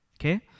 Okay